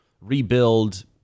rebuild